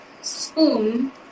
spoon